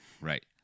right